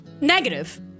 Negative